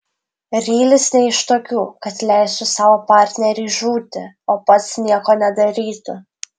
rylis ne iš tokių kad leistų savo partneriui žūti o pats nieko nedarytų